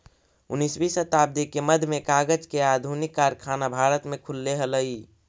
उन्नीसवीं शताब्दी के मध्य में कागज के आधुनिक कारखाना भारत में खुलले हलई